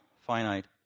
finite